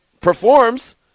performs